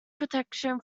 protection